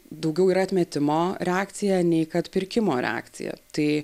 daugiau yra atmetimo reakcija nei kad pirkimo reakcija tai